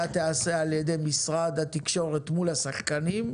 תיעשה על ידי משרד התקשורת מול השחקנים,